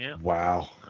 Wow